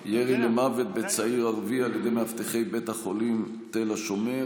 מס' 247: ירי למוות בצעיר ערבי על ידי מאבטחי בית החולים תל השומר,